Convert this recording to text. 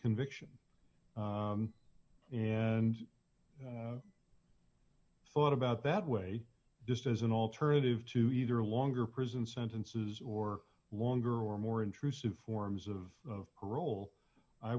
conviction and thought about that way just as an alternative to either longer prison sentences or longer or more intrusive forms of parole i